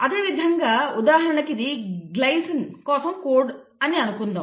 అదేవిధంగా ఉదాహరణకుఇది గ్లైసిన్ కోసం కోడ్ అని అనుకుందాం